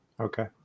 Okay